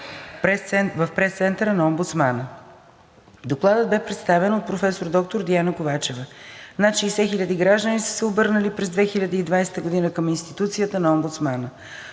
в Пресцентър на омбудсмана. Докладът бе представен от професор доктор Диана Ковачева. Над 60 хиляди граждани са се обърнали през 2020 г. към институцията на омбудсмана.